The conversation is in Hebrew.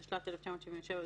התשל"ז-1977,